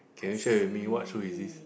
can you share with me what show is this